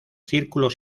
círculos